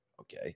okay